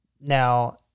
Now